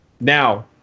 Now